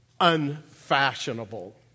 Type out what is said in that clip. unfashionable